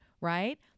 right